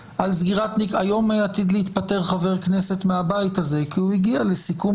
היום עתיד להתפטר חבר כנסת מהבית הזה כי הוא הגיע לסיכום